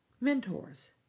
Mentors